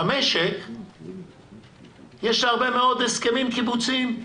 במשק יש הרבה מאוד הסכמים קיבוציים,